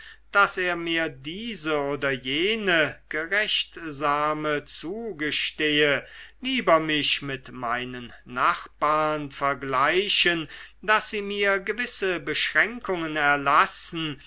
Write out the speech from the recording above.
daß er mir diese oder jene gerechtsame zugestehe lieber mich mit meinen nachbarn vergleichen daß sie mir gewisse beschränkungen erlassen